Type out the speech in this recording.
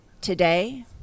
today